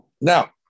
Now